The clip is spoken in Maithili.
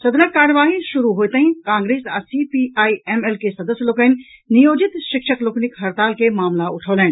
सदनक कार्यवाही शुरू होयतहिँ कांग्रेस आ सीपीआईएमएल के सदस्य लोकनि नियोजित शिक्षक लोकनिक हड़ताल के मामिला उठौलनि